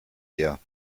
her